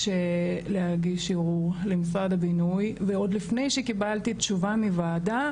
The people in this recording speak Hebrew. ערעור למשרד הבינוי ועוד לפני שקיבלתי תשובה מהוועדה,